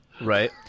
Right